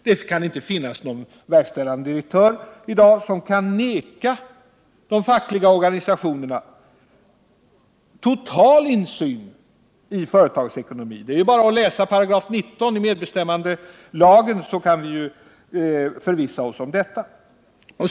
Det kan inte finnas någon verkställande direktör i dag som kan neka de fackliga organisationerna total insyn i företagets ekonomi. Det är ju bara att läsa i medbestämmandelagen 19 § för att förvissa sig om detta.